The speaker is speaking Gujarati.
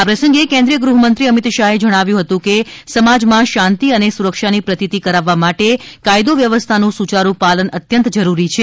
આ પ્રસંગે કેન્દ્રિય ગૃહમંત્રી અમિત શાહે જણાવ્યું હતું કે સમાજમાં શાંતિ અને સુરક્ષાની પ્રતિતિ કરાવવા માટે કાયદો વ્યવસ્થાનું સુચારૂ પાલન અત્યંત જરૂરી છે